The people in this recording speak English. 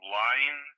lying